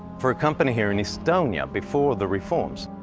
for a company here in estonia before the reforms,